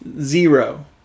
Zero